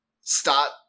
start